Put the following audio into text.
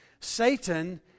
Satan